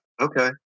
Okay